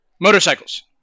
Motorcycles